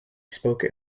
spoke